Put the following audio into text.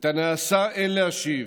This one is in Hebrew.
את הנעשה אין להשיב,